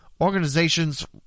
organization's